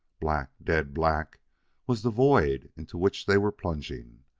black dead black was the void into which they were plunging,